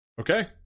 Okay